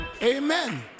amen